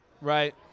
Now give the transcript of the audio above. right